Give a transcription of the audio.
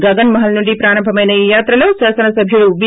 గగన్ మహల్ నుండి ప్రారంభమైన ఈ యాత్రలో శాసనసభ్యుడు బి